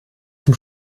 zum